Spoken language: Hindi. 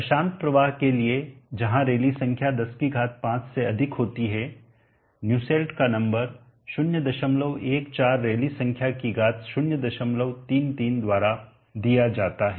अशांत प्रवाह के लिए जहां रैली संख्या 105 से अधिक हो जाती है न्यूसेल्ट का नंबर 014 रैली संख्या की घात 033 द्वारा दिया जाता है